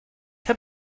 can